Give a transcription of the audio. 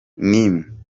n’imwe